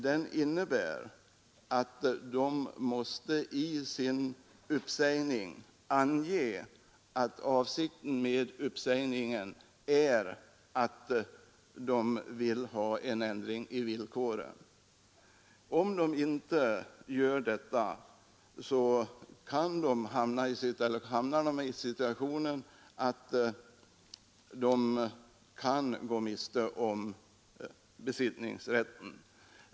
Den innebär att de i sin uppsägning måste ange att de vill ha en ändring i villkoren. Om så icke sker kan de hamna i den situationen att de går miste om besittningsrätten.